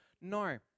No